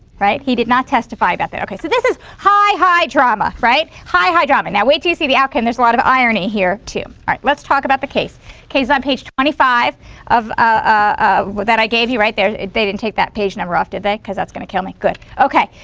right, he did not testify about that, okay? so this is high, high drama right? high, high drama. now, wait to see the outcome. there's a lot of irony here. all right let's talk about the case case on page twenty five of ah that i gave you right, there, they didn't take that page number off did they? because that's going to kill me. good, okay,